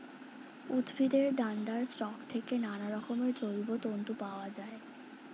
উদ্ভিদের ডান্ডার স্টক থেকে নানারকমের জৈব তন্তু পাওয়া যায়